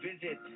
visit